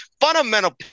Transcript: fundamental